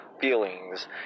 feelings